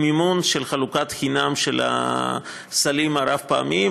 מימון חלוקה בחינם של הסלים הרב-פעמיים.